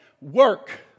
work